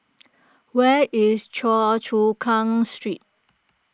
where is Choa Chu Kang Street